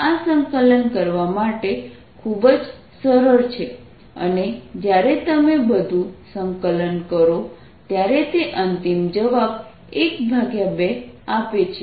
આ સંકલન કરવા માટે ખૂબ જ સરળ છે અને જ્યારે તમે બધુ સંકલન કરો ત્યારે તે અંતિમ જવાબ 12 આપે છે